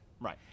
right